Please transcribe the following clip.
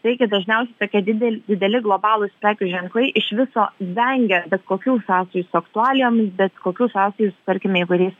taigi dažniausiai tokie didel dideli globalūs prekių ženklai iš viso vengia bet kokių sąsajų su aktualijomis bet kokių sąsajų su tarkime įvairiais